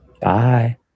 Bye